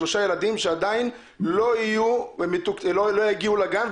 ילדים שעדיין לא יגיעו לגן,